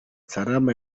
salama